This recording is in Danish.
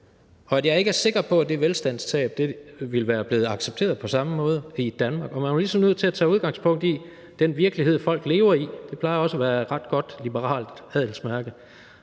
Og jeg er ikke sikker på, at det velstandstab ville være blevet accepteret på samme måde i Danmark. Man er ligesom nødt til at tage udgangspunkt i den virkelighed, folk lever i. Det plejer også at være et ret godt liberalt adelsmærke.